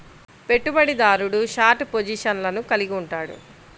పెట్టుబడిదారుడు షార్ట్ పొజిషన్లను కలిగి ఉంటాడు